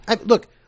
look